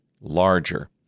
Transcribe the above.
larger